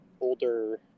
older